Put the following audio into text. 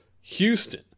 Houston